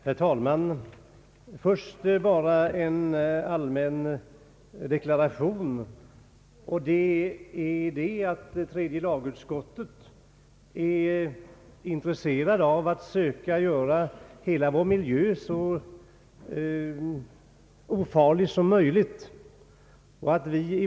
Herr talman! Först bara en allmän deklaration. Tredje lagutskottet är intresserat av att söka göra hela vår miljö så ofarlig som möjligt.